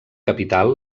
capital